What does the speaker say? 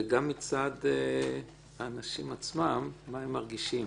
וגם מצד האנשים עצמם, מה הם מרגישים.